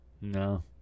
No